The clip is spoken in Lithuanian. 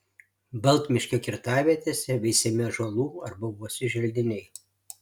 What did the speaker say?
baltmiškio kirtavietėse veisiami ąžuolų arba uosių želdiniai